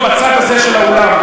מהסיעות שיושבות בצד הזה של האולם,